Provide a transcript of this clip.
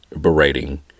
berating